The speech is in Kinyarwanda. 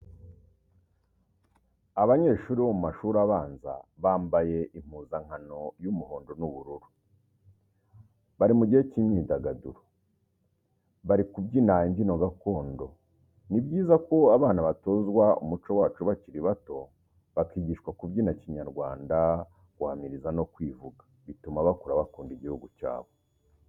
Abanyeshuri bo mu mashuri abanza bambaye impuzankano y'umuhondo n'ubururu, bari mu gihe cy'imyidagaduro, bari kubyina imbyino gakondo. ni byiza ko abana batozwa umuco wacu bakiri bato, bakigishwa kubyina kinyarwanda, guhamiriza no kwivuga, bituma kakura bakunda igihugu cyabo.